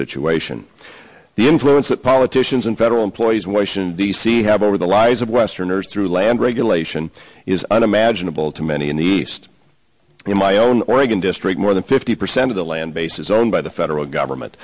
situation the influence that politicians and federal employees in washington d c have over the lives of westerners through land regulation is unimaginable to many in the east in my own oregon district more than fifty percent of the land base is owned by the federal government